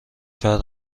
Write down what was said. فرد